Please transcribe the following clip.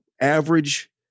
average